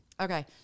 Okay